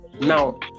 Now